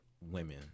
women